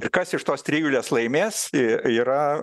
ir kas iš tos trijulės laimės yra